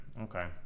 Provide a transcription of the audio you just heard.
Okay